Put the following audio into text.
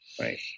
right